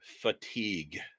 fatigue